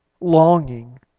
longing